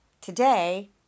today